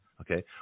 okay